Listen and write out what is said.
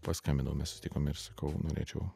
paskambinau mes sutikom ir sakau norėčiau